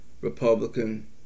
Republican